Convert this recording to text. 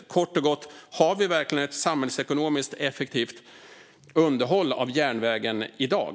Kort och gott: Har vi verkligen ett samhällsekonomiskt effektivt underhåll av järnvägen i dag?